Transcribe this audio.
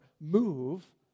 move